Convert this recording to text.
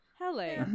hello